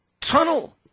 tunnel